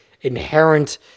inherent